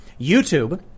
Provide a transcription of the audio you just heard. YouTube